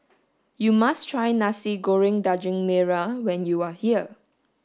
you must try Nasi Goreng Daging Merah when you are here